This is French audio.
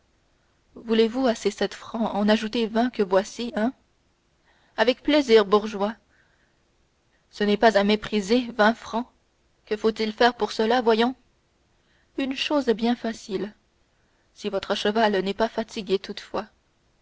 à ces sept francs en ajouter vingt que voici hein avec plaisir bourgeois ce n'est pas à mépriser vingt francs que faut-il faire pour cela voyons une chose bien facile si votre cheval n'est pas fatigué